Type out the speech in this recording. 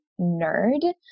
nerd